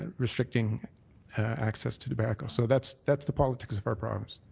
restricting access to tobacco. so that's that's the politics of our province.